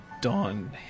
dawn